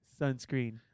sunscreen